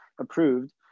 approved